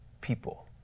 people